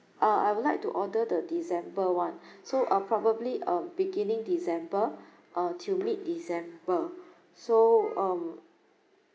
uh I would like to order the december [one] so uh probably uh beginning december uh till mid december so um